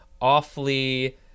awfully